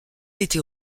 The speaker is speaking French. était